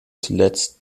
zuletzt